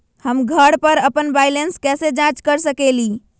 हम घर पर अपन बैलेंस कैसे जाँच कर सकेली?